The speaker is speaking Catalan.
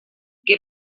què